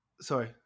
sorry